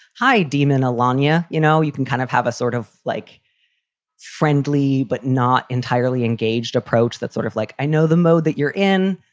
hi, deman alanya. you know, you can kind of have a sort of like friendly but not entirely engaged approach that sort of like i know the mode that you're in.